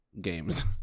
games